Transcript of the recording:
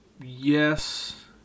Yes